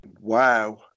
Wow